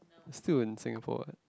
still in Singapore what